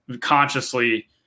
consciously